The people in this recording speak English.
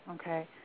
Okay